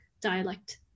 dialect